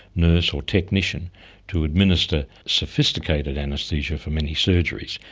nurse or technician to administer sophisticated anaesthesia for many surgeries,